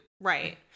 Right